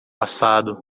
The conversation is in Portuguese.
assado